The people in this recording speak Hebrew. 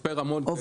מצפה רמון.